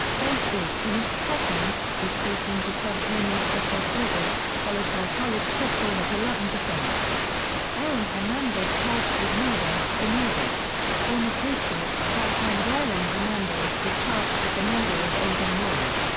baseball finished second, with fourteen percent naming it as their favorite, followed by college football at eleven. aaron hernandez charged with murder in august, former patriots tight end aaron hernandez was charged with the murder of odin lloyd.